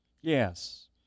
Yes